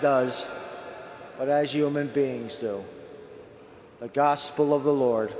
but as human beings though the gospel of the lord